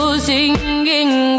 singing